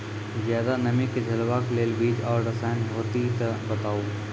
ज्यादा नमी के झेलवाक लेल बीज आर रसायन होति तऽ बताऊ?